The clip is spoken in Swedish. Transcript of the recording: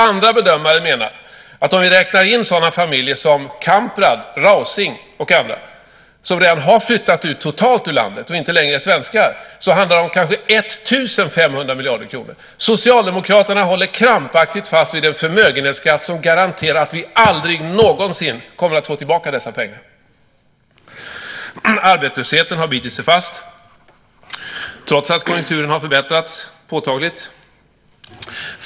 Andra bedömare menar att om vi räknar in sådana familjer som Kamprad och Rausing, som redan har flyttat ut ur landet och inte längre är svenskar, handlar det kanske om 1 500 miljarder kronor. Socialdemokraterna håller krampaktigt fast vid en förmögenhetsskatt som garanterar att vi aldrig någonsin kommer att få tillbaka dessa pengar. Arbetslösheten har bitit sig fast trots att konjunkturen har förbättrats påtagligt.